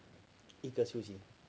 一个休息